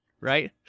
right